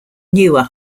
newer